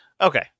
okay